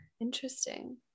interesting